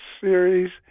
series